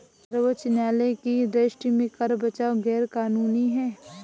सर्वोच्च न्यायालय की दृष्टि में कर बचाव गैर कानूनी है